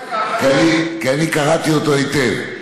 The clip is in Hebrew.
כי אני קראתי אותו היטב.